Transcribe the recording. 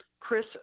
Chris